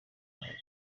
mahoro